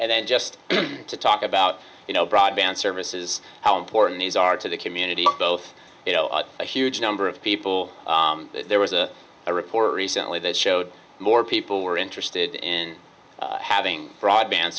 and then just to talk about you know broadband services how important these are to the community both a huge number of people there was a report recently that showed more people were interested in having broadband